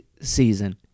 season